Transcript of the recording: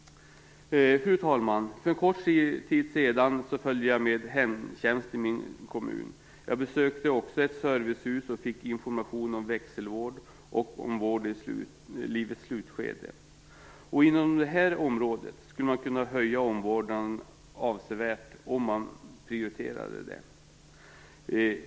Fru talman! För en kort tid sedan följde jag med hemtjänsten i min kommun. Jag besökte också ett servicehus och fick information om växelvård och om vård i livets slutskede. Inom det här området skulle man kunna höja omvårdnaden avsevärt om man prioriterade det.